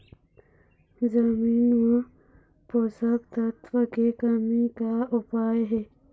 जमीन म पोषकतत्व के कमी का उपाय हे?